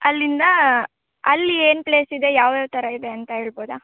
ಅಲ್ಲಿಂದ ಅಲ್ಲಿ ಏನು ಪ್ಲೇಸ್ ಇದೆ ಯಾವ್ಯಾವ ಥರ ಇದೆ ಅಂತ ಹೇಳ್ಬೋದಾ